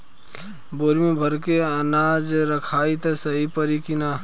बोरी में भर के अनाज रखायी त सही परी की ना?